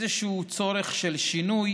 איזשהו צורך לשינוי